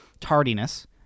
tardiness